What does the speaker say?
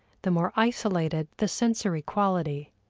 the more isolated the sensory quality,